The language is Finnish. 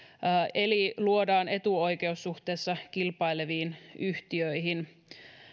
eli luodaan etuoikeus suhteessa kilpaileviin yhtiöihin